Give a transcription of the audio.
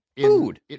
Food